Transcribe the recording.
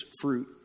fruit